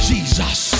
Jesus